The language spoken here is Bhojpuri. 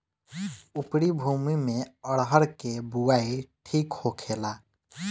उपरी भूमी में अरहर के बुआई ठीक होखेला?